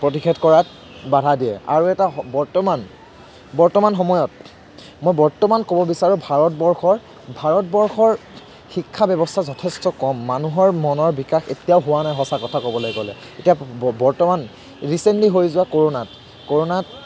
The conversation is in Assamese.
প্ৰতিষেধ কৰাত বাধা দিয়ে আৰু এটা বৰ্তমান বৰ্তমান সময়ত মই বৰ্তমান ক'ব বিচাৰোঁ ভাৰতবৰ্ষৰ ভাৰতবৰ্ষৰ শিক্ষা ব্যৱস্থা যথেষ্ট কম মানুহৰ মনৰ বিকাশ এতিয়াও হোৱা নাই সঁচা কথা ক'বলৈ গ'লে এতিয়া বৰ বৰ্তমান ৰিচেন্টলি হৈ যোৱা কৰোণাত কৰোণাত